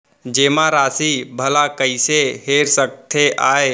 जेमा राशि भला कइसे हेर सकते आय?